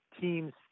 team's